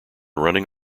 running